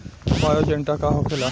Bio agent का होखेला?